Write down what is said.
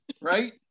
right